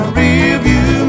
rearview